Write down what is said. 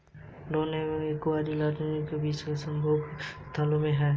drone और एक कुंवारी रानी के बीच संभोग कॉलोनी से दूर, मध्य हवा में संभोग स्थलों में होता है